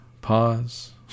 Pause